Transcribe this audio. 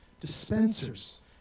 dispensers